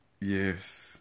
Yes